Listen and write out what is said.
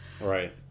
Right